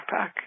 backpack